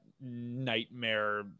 nightmare